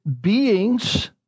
beings